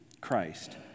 Christ